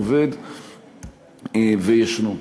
עובד וישנו.